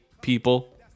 people